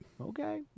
Okay